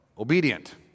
obedient